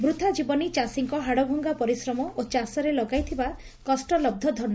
ବୃଥା ଯିବନି ଚାଷୀଙ୍କ ହାଡ଼ଭଙ୍ଙା ପରିଶ୍ରମ ଓ ଚାଷରେ ଲଗାଇଥିବା କଷ୍ଟଲହ ଧନ